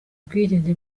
ubwigenge